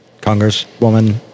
congresswoman